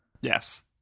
Yes